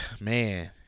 Man